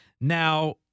Now